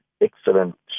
excellent